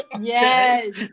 Yes